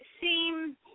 seem